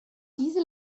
diese